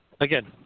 Again